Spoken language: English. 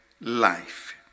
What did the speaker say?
life